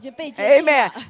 Amen